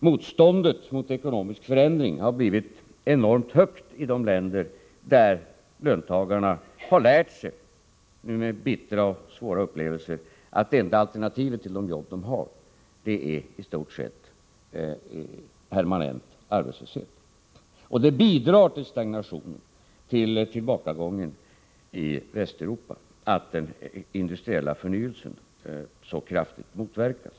Motståndet mot ekonomisk förändring har blivit enormt stort i de länder där löntagarna genom bittra och svåra upplevelser har lärt sig att det enda alternativet till de jobb de har är i stort sett permanent arbetslöshet. Det bidrar till stagnationen och tillbakagången i Västeuropa att den industriella förnyelsen så kraftigt motverkas.